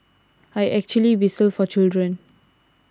I actually whistle for children